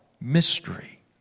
mystery